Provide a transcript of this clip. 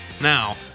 now